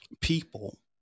people